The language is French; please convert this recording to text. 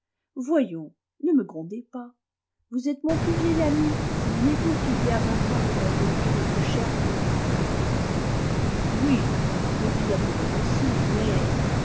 voyons ne me grondez pas vous êtes mon plus vieil ami souvenez-vous qu'il y a vingt ans vous m'appeliez votre chère clotilde oui je vous appelais ainsi mais